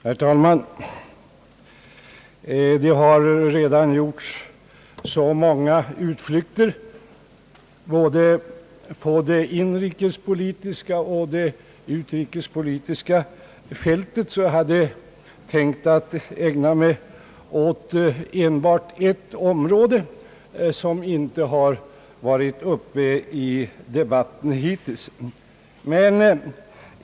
Herr talman! Det har redan gjorts så många utflykter på både det inrikespolitiska och utrikespolitiska fältet, att jag har tänkt ägna mig åt enbart ett område som inte har varit uppe i debatten hittills.